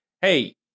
hey